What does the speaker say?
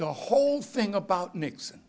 the whole thing about nixon